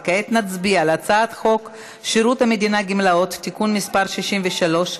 וכעת נצביע על הצעת חוק שירות המדינה (גמלאות) (תיקון מס' 63),